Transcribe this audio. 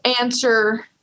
answer